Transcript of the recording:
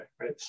right